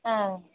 ꯑꯥ